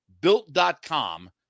Built.com